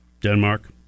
Denmark